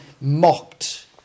mocked